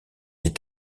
est